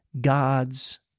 God's